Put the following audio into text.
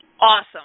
Awesome